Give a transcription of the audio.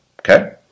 okay